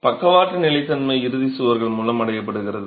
பக்கவாட்டு நிலைத்தன்மை இறுதி சுவர்கள் மூலம் அடையப்படுகிறது